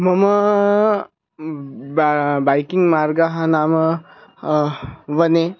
मम banking मार्गः नाम वने